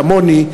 כמוני,